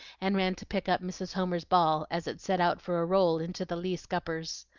and ran to pick up mrs. homer's ball, as it set out for a roll into the lee-scuppers.